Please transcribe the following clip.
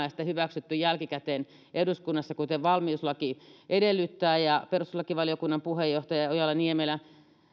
ja sitten hyväksytty jälkikäteen eduskunnassa kuten valmiuslaki edellyttää ja perustuslakivaliokunnan puheenjohtaja ojala niemelä